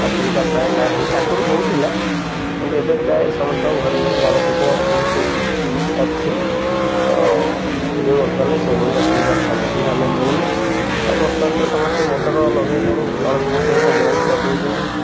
ଅସୁବିଧା ପ୍ରାୟ ନାହିଁ ଆଗରୁ ହଉଥିଲା କିନ୍ତୁ ଏବେ ପ୍ରାୟ ସମସ୍ତଙ୍କ ଘରେ ଘରେ ନଳକୂପ ଯେହେତୁ ଅଛି ତ ଏବେ ବର୍ତ୍ତମାନ ସେଭଳି ଅସୁବିଧାର ସମ୍ମୁଖୀନ ଆମେ ହଉନୁ ଆଉ ବର୍ତ୍ତମାନ ତ ସମସ୍ତେ ମୋଟର ଲଗେଇଲେଣି ନଳକୂପ ସହିତ ଜଏଣ୍ଟ କରିଦଉଚନ୍ତି